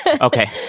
Okay